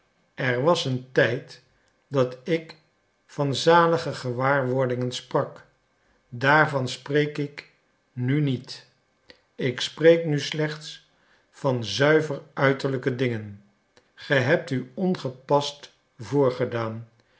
er was een tijd dat ik van zalige gewaarwordingen sprak daarvan spreek ik nu niet ik spreek nu slechts van zuiver uiterlijke dingen ge hebt nu ongepast